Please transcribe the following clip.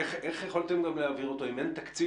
איך יכולתם להעביר אותו אם אין תקציב?